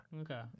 Okay